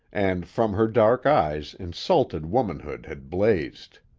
and from her dark eyes insulted womanhood had blazed.